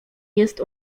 jest